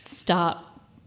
stop